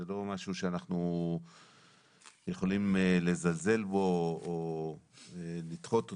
זה לא משהו שאנחנו יכולים לזלזל בו או לדחות אותו.